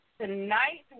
Tonight